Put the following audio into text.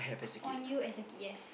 on you as a kid yes